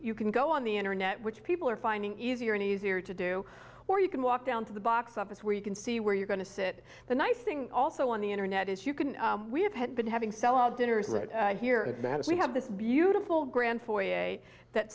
you can go on the internet which people are finding easier and easier to do or you can walk down to the box office where you can see where you're going to sit the nice thing also on the internet is you can we have had been having cell dinners is it here that we have this beautiful grand foyer that